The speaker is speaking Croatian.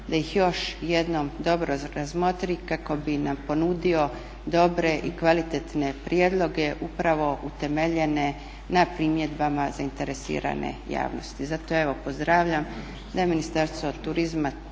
da ih još jednom dobro razmotri kako bi nam ponudio dobre i kvalitetne prijedloge upravo utemeljene na primjedbama zainteresirane javnosti. Zato evo pozdravljam da je Ministarstvo turizma